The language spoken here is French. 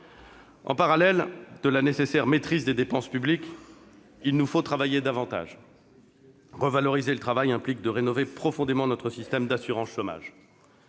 En parallèle de la nécessaire maîtrise des dépenses publiques, il nous faut travailler davantage. Revaloriser le travail implique de rénover profondément notre système d'assurance chômage.